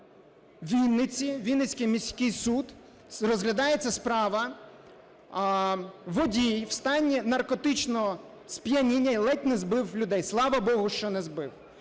в Вінниці, Вінницький міський суд, розглядається справа: водій в стані наркотичного сп'яніння ледь не збив людей. Слава Богу, що не збив.